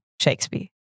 Shakespeare